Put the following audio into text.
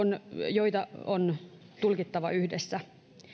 joita on tulkittava yhdessä